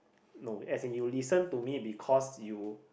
no as in you listen to me because you